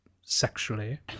sexually